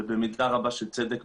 ובמידה רבה של צדק,